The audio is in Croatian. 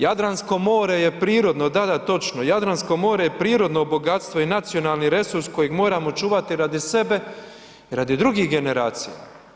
Jadransko more je prirodno, da, da, točno, Jadransko more je prirodno bogatstvo i nacionalni resurs kojeg moramo čuvati radi sebe i radi drugih generacija.